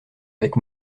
avec